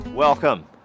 Welcome